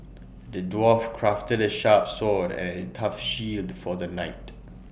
the dwarf crafted A sharp sword and tough shield for the knight